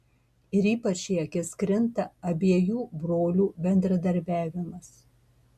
ir ypač į akis krinta abiejų brolių bendradarbiavimas